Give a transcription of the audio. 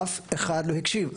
אף אחד לא הקשיב.